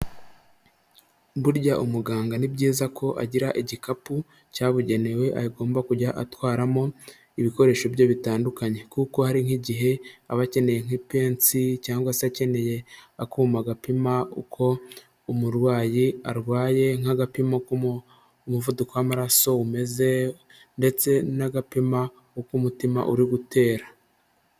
Burya umuganga ni byiza ko agira igikapu cyabugenewe agomba kujya atwaramo ibikoresho bye bitandukanye kuko hari nk'igihe aba akeneye nk'ipensi cyangwa se akeneye akuma gapima uko umurwayi arwaye nk'agapimo uko umuvuduko w'amaraso umeze ndetse n'agapima uko umutima uri gutera.